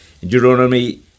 Deuteronomy